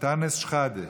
אנטאנס שחאדה.